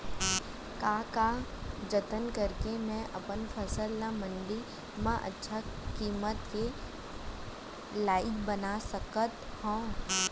का का जतन करके मैं अपन फसल ला मण्डी मा अच्छा किम्मत के लाइक बना सकत हव?